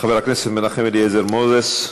חבר הכנסת מנחם אליעזר מוזס,